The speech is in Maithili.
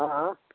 हँ